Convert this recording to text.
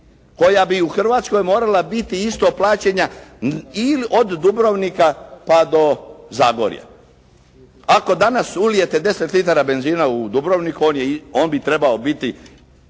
koja bi u Hrvatskoj morala biti isto plaćena i od Dubrovnika pa do Zagorja. Ako danas ulijete 10 litara benzina u Dubrovniku, on bi trebao biti,